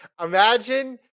Imagine